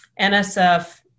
NSF